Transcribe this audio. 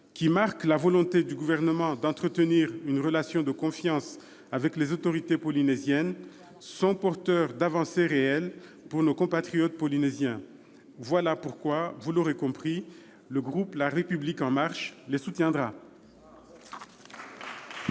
marquant la volonté du Gouvernement d'entretenir une relation de confiance avec les autorités polynésiennes, sont porteurs d'avancées réelles pour nos compatriotes polynésiens. Voilà pourquoi, vous l'aurez compris, le groupe La République En Marche les soutiendra